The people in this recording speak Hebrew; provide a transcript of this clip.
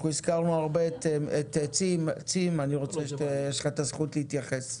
אנחנו הזכרנו הרבה את צים ויש לך את הזכות להתייחס.